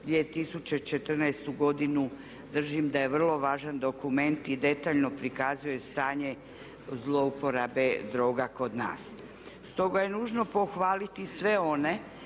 2014. godinu držim da je vrlo važan dokument i detaljno prikazuje stanje zlouporabe droga kod nas. Stoga je nužno pohvaliti sve one